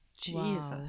Jesus